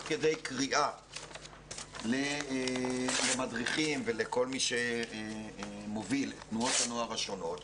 כדי קריאה למדריכים ולכל מי שמוביל את תנועות הנוער השונות